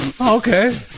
Okay